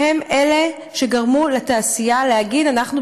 הם אלה שגרמו לתעשייה להגיד: אנחנו,